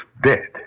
dead